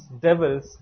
devils